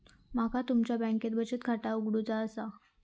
माका तुमच्या बँकेत बचत खाता उघडूचा असा?